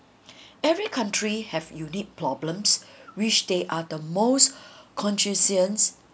every country have unique problems which they are the most confusions